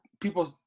people